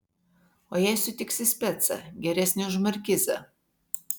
o jei sutiksi specą geresnį už markizą